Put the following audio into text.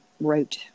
wrote